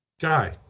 Guy